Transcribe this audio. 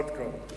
עד כאן.